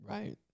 Right